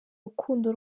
rukundo